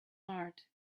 heart